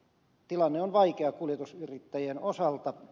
tilanne on vaikea kuljetusyrittäjien osalta